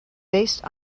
based